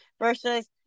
versus